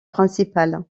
principal